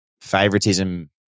favoritism